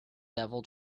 devil